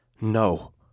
no